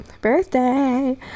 birthday